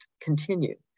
continue